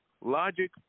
logic